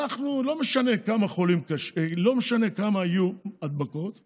לא משנה כמה הדבקות יהיו,